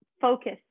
focus